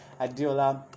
adiola